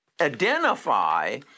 identify